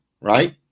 right